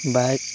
bike